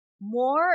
More